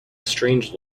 strange